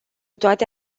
toate